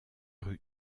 rues